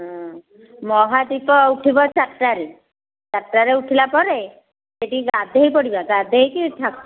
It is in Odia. ହଁ ମହାଦୀପ ଉଠିବ ଚାରିଟାରେ ଚରିଟାରେ ଉଠିଲାପରେ ସେଇଠି ଗାଧୋଇ ପଡ଼ିବା ଗାଧୋଇକି ଠାକ